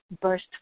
burst